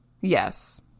Yes